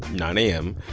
nine a m.